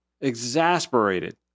exasperated